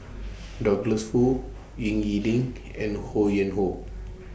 Douglas Foo Ying E Ding and Ho Yuen Hoe